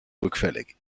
rückfällig